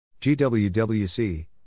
GWWC